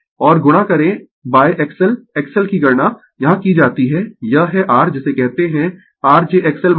और गुणा करें XL XL की गणना यहाँ की जाती है यह है r जिसे कहते है r j XL I